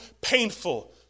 painful